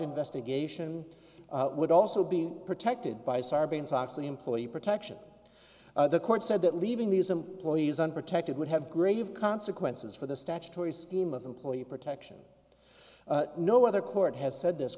investigation would also be protected by sarbanes oxley employee protection the court said that leaving these employees unprotected would have grave consequences for the statutory scheme of employee protection no other court has said this